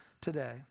today